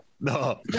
no